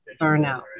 burnout